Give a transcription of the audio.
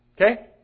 Okay